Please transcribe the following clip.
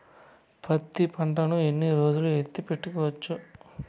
పత్తి పంటను ఎన్ని రోజులు ఎత్తి పెట్టుకోవచ్చు?